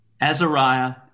Azariah